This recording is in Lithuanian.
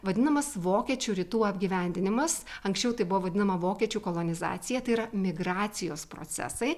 vadinamas vokiečių rytų apgyvendinimas anksčiau tai buvo vadinama vokiečių kolonizacija tai yra migracijos procesai